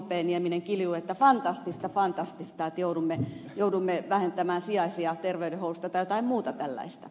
nieminen kilju että fantastista fantastista joudumme vähentämään sijaisia terveydenhuollosta tai jotain muuta tällaista